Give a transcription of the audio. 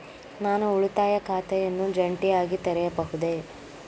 ನಾನು ಉಳಿತಾಯ ಖಾತೆಯನ್ನು ಜಂಟಿಯಾಗಿ ತೆರೆಯಬಹುದೇ?